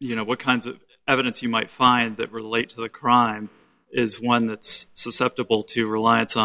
you know what kinds of evidence you might find that relate to the crime is one that's susceptible to reliance